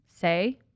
Say